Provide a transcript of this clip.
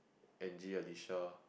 Angie Alicia